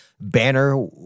banner